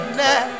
now